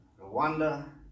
Rwanda